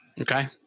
Okay